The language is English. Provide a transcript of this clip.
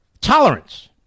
tolerance